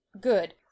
good